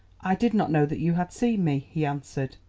i did not know that you had seen me, he answered.